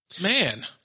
man